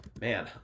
Man